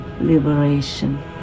liberation